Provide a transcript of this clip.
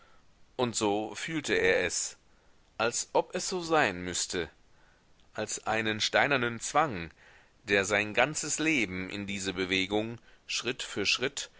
und so fühlte er es als ob es so sein müßte als einen steinernen zwang der sein ganzes leben in diese bewegung schritt für schritt